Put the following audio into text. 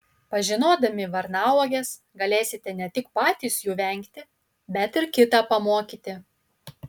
pažinodami varnauoges galėsite ne tik patys jų vengti bet ir kitą pamokyti